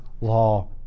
law